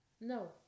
No